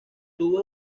tuvo